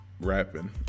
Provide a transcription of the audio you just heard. rapping